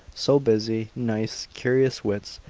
so busy, nice, curious wits,